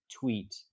tweet